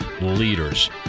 leaders